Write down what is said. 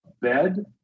bed